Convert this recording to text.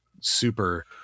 super